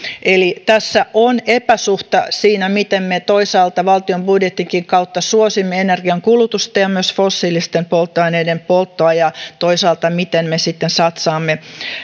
tässä on epäsuhta siinä miten me toisaalta valtion budjetinkin kautta suosimme energiankulutusta ja myös fossiilisten polttoaineiden polttoa ja miten me toisaalta sitten satsaamme